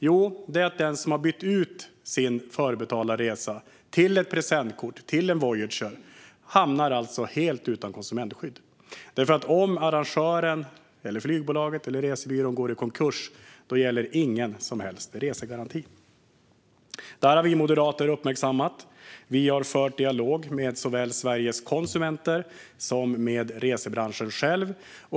Jo, det är att den som har bytt ut sin förbetalda resa mot ett presentkort eller en voucher hamnar helt utan konsumentskydd. Om arrangören, flygbolaget eller resebyrån går i konkurs gäller ingen som helst resegaranti. Vi moderater har uppmärksammat detta. Vi har fört en dialog med såväl Sveriges Konsumenter som med resebranschen själv.